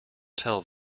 tell